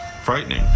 frightening